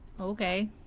Okay